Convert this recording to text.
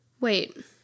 Wait